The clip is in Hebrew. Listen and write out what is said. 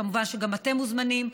כמובן, גם אתם מוזמנים.